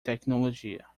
tecnologia